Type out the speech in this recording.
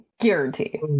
Guarantee